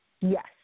Yes